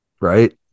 Right